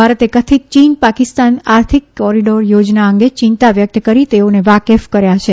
ભારતે કથિત ચીન પાકિસ્તાન આર્થિક કોરીડોર યોજના અંગે ચિંતા વ્યક્ત કરી તેઓને વાકેફ કર્યા છે